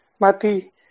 Mati